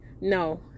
No